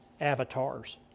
Avatars